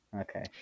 okay